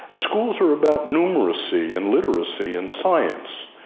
schools are about numeracy and literacy and science,